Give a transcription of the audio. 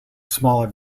smaller